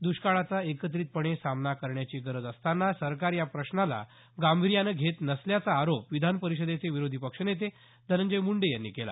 दुष्काळाचा एकत्रितपणे सामना करण्याची गरज असताना सरकार या प्रश्नाला गांभीर्यानं घेत नसल्याचा आरोप विधानपरिषदेचे विरोधी पक्ष नेते धनंजय मुंडे यांनी केला